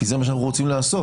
כי זה מה שאנחנו רוצים לעשות.